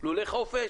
לולי חופש?